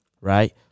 right